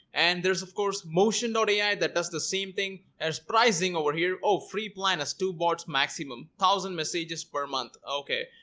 and there's of course motion da di that does the same thing as pricing over here. oh free planets to bots maximum thousand messages per month, okay?